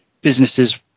businesses